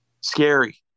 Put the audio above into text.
scary